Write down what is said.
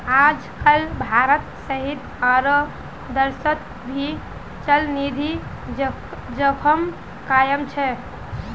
आजकल भारत सहित आरो देशोंत भी चलनिधि जोखिम कायम छे